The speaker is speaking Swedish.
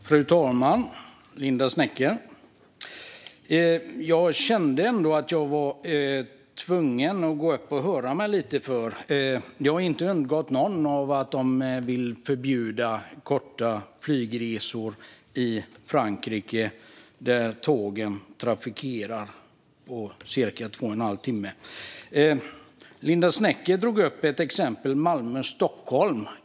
Fru talman och Linda W Snecker! Jag känner mig tvungen att höra mig för lite. Det har inte undgått någon att man i Frankrike vill förbjuda korta flygresor på sträckor som tågen trafikerar på cirka två och en halv timme. Linda W Snecker tog Malmö-Stockholm som exempel.